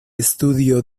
estudio